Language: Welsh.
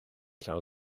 llawn